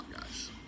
guys